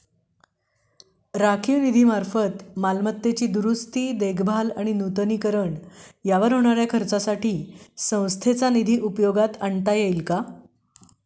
राखीव निधीमार्फत मालमत्तेची दुरुस्ती, देखभाल आणि नूतनीकरण यावर होणाऱ्या खर्चासाठी संस्थेचा निधी उपयोगात आणता येईल का?